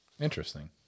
Interesting